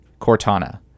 Cortana